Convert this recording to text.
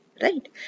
right